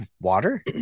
water